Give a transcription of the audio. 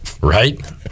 right